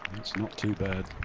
not too bad.